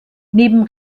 neben